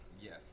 yes